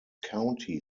county